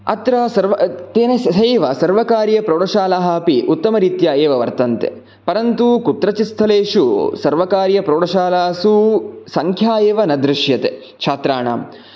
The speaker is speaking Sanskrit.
अत्र सर्व तेन सहैव सर्वकारीयप्रौढशालाः अपि उत्तमरीत्या एव वर्तन्ते परन्तु कुत्रचित् स्थलषु सर्वकारीयप्रौढशालासु संख्या एव न दृश्यते छात्राणां